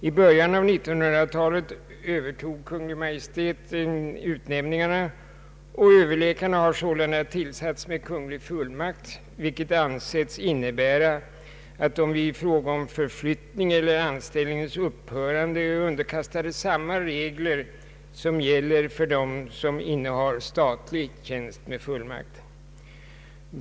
I början av 1900-talet övertog Kungl. Maj:t utnämningarna, och överläkarna har sedan dess tillsatts med kunglig fullmakt, vilket anses innebära att de vid förflyttning eller anställnings upphörande är underkastade samma regler som gäller för de personer som innehar statlig tjänst med fullmakt.